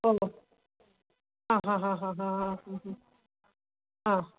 ആണോ ആ ഹാ ഹാ ഹാ ഹ് ഹും